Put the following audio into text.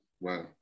Wow